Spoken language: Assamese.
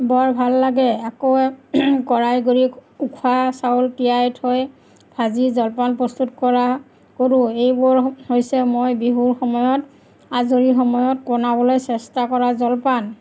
বৰ ভাল লাগে আকৌ কৰাই গুৰি উখোৱা চাউল তিয়াই থৈ ভাজি জলপান প্ৰস্তুত কৰা কৰোঁ এইবোৰ হৈছে মই বিহুৰ সময়ত আজৰি সময়ত বনাবলৈ চেষ্টা কৰা জলপান